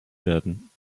werden